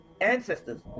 ancestors